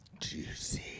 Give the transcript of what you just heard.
juicy